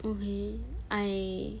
okay I